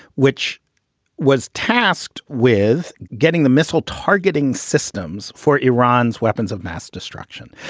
which was tasked with getting the missile targeting systems for iran's weapons of mass destruction.